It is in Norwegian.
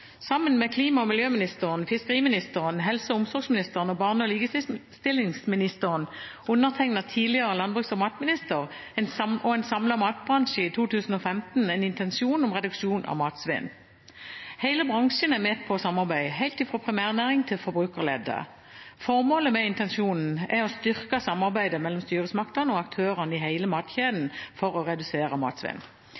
Sammen med klima- og miljøministeren, fiskeriministeren, helse- og omsorgsministeren og barne- og likestillingsministeren undertegnet tidligere landbruks- og matminister og en samlet matbransje i 2015 en intensjonsavtale om reduksjon av matsvinn. Hele bransjen er med på samarbeidet helt fra primærnæring til forbrukerledd. Formålet med intensjonsavtalen er å styrke samarbeidet mellom styresmaktene og aktørene i hele matkjeden